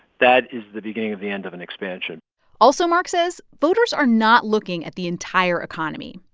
that is the beginning of the end of an expansion also, mark says, voters are not looking at the entire economy.